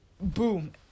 boom